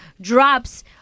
drops